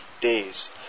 days